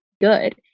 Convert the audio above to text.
good